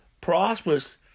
prosperous